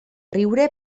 riure